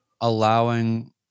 allowing